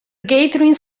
gathering